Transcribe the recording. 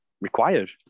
required